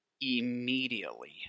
immediately